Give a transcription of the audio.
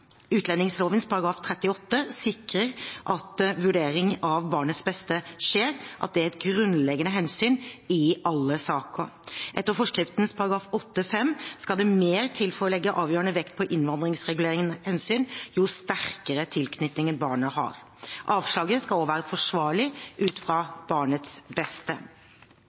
38 sikrer at vurdering av barnets beste skjer – at det er et grunnleggende hensyn i alle saker. Etter forskriftens § 8-5 skal det mer til for å legge avgjørende vekt på innvandringsregulerende hensyn jo sterkere tilknytning barnet har. Avslaget skal også være forsvarlig ut fra barnets beste.